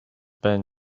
been